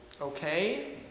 Okay